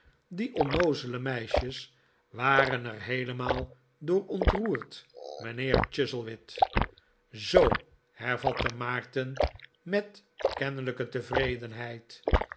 die onnoozele meisjes waren er heelemaal door ontroerd mijnheer chuzzlewit zoo hervatte maarten met kennelijke tevredenheid